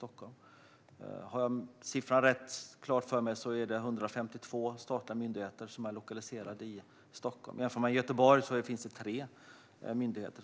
Om jag minns siffran rätt finns det 152 statliga myndigheter som är lokaliserade i Stockholm, medan det i Göteborg finns tre statliga myndigheter.